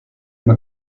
mal